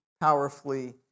powerfully